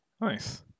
Nice